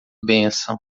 bênção